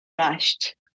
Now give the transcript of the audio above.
rushed